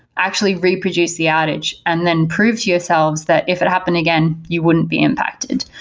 actually reproduce the outage and then prove to yourselves that if it happened again, you wouldn't be impacted.